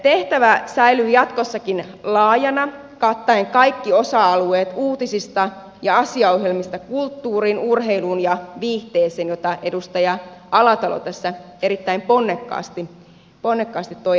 tehtävä säilyy jatkossakin laajana kattaen kaikki osa alueet uutisista ja asiaohjelmista kulttuuriin urheiluun ja viihteeseen jota edustaja alatalo tässä erittäin ponnekkaasti toi äskettäin esille